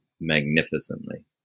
magnificently